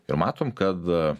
ir matom kad